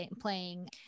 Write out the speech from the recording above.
playing